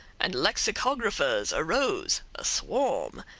and lexicographers arose, a swarm!